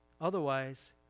Otherwise